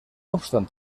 obstant